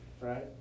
right